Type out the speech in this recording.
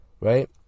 Right